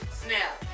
snap